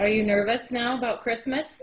are you nervous now about christmas